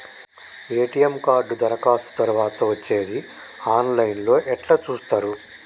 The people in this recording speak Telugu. ఎ.టి.ఎమ్ కార్డు దరఖాస్తు తరువాత వచ్చేది ఆన్ లైన్ లో ఎట్ల చూత్తరు?